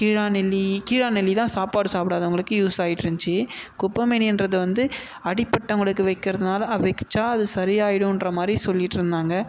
கீழாநெல்லி கீழாநெல்லி தான் சாப்பாடு சாப்பிடாதவங்களுக்கு யூஸ் ஆயிட்ருந்துச்சு குப்பைமேனின்றது வந்து அடிபட்டவங்களுக்கு வைக்கிறதுனால வெச்சா அது சரியாகிடுன்ற மாதிரி சொல்லிட்டுருந்தாங்க